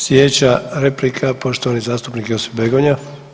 Slijedeća replika poštovani zastupnik Josip Begonja.